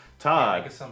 Todd